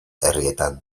herrietan